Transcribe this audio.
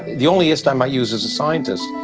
the only ist i might use is a scientist,